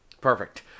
Perfect